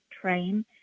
train